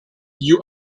you